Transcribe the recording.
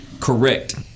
correct